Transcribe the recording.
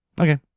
Okay